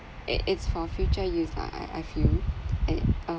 and it's for future use lah I I feel and uh